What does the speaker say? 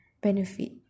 benefit